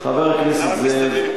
חבר הכנסת זאב,